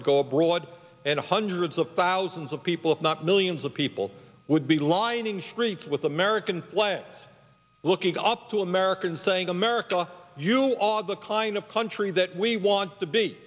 would go abroad and hundreds of thousands of people if not millions of people would be lining the streets with american land looking up to americans saying america you all the kind of country that we want to be